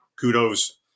kudos